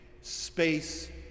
space